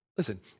Listen